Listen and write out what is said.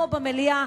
פה במליאה,